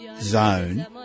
zone